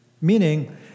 Meaning